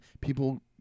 people